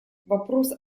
вопрос